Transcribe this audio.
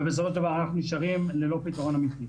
ובסופו של דבר אנחנו נשארים ללא פתרון אמיתי.